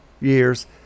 years